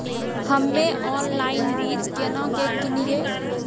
हम्मे ऑनलाइन बीज केना के किनयैय?